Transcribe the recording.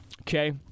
okay